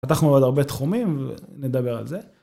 פתחנו עוד הרבה תחומים ונדבר על זה.